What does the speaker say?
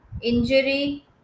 injury